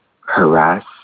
harass